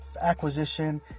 acquisition